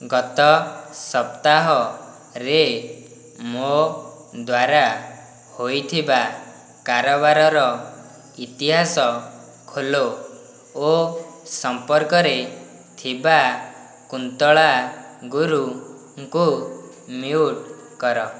ଗତ ସପ୍ତାହରେ ମୋ ଦ୍ୱାରା ହୋଇଥିବା କାରବାରର ଇତିହାସ ଖୋଲ ଓ ସମ୍ପର୍କରେ ଥିବା କୁନ୍ତଳା ଗୁରୁଙ୍କୁ ମ୍ୟୁଟ୍ କର